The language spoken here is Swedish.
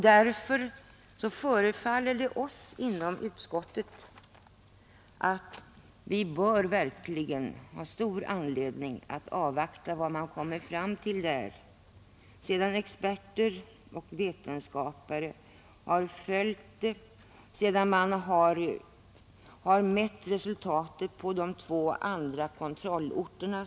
Därför förefaller det oss inom utskottsmajoriteten att vi verkligen bör avvakta vad man kommer fram till där, sedan experter och vetenskapare har följt försöket och sedan man har mätt resultatet på de två andra kontrollorterna.